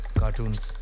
cartoons